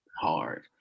hard